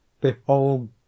Behold